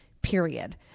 period